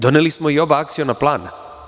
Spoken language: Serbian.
Doneli smo i oba akciona plana.